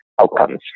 outcomes